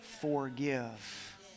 Forgive